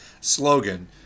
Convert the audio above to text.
slogan